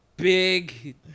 Big